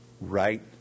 right